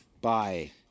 Bye